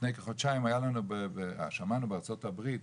לפני כחודשיים היה לנו, שמענו בארצות הברית